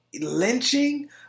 lynching